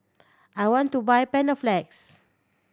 I want to buy Panaflex